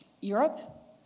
Europe